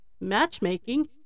matchmaking